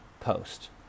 post